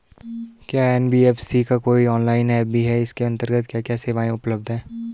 क्या एन.बी.एफ.सी का कोई ऑनलाइन ऐप भी है इसके अन्तर्गत क्या क्या सेवाएँ उपलब्ध हैं?